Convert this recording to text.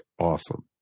awesome